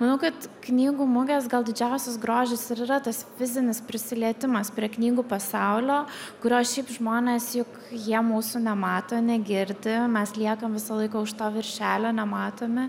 manau kad knygų mugės gal didžiausias grožis ir yra tas fizinis prisilietimas prie knygų pasaulio kurio šiaip žmonės juk jie mūsų nemato negirdi mes liekam visą laiką už to viršelio nematomi